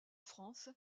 france